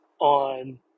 on